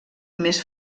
més